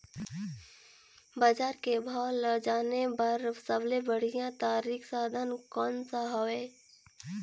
बजार के भाव ला जाने बार सबले बढ़िया तारिक साधन कोन सा हवय?